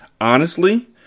Honestly